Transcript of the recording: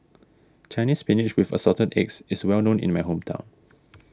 Chinese Spinach with Assorted Eggs is well known in my hometown